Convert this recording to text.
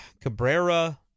Cabrera